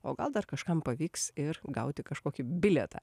o gal dar kažkam pavyks ir gauti kažkokį bilietą